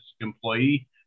employee